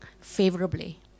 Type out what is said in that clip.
favorably